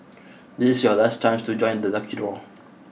this is your last chance to join the lucky draw